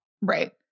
Right